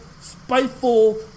spiteful